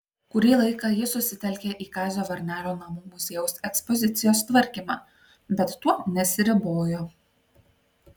kurį laiką ji susitelkė į kazio varnelio namų muziejaus ekspozicijos tvarkymą bet tuo nesiribojo